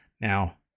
Now